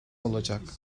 olacak